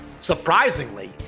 surprisingly